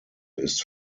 ist